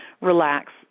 relax